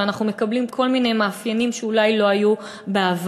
ואנחנו מקבלים כל מיני מאפיינים שאולי לא היו בעבר.